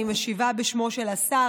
אני משיבה בשמו של השר.